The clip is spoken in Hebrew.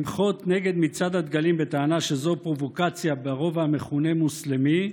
למחות נגד מצעד הדגלים בטענה שזו פרובוקציה ברובע המכונה "מוסלמי"